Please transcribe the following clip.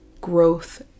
growth